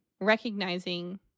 recognizing